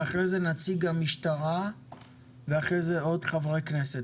אחרי זה נציג המשטרה ואחרי זה עוד חברי כנסת.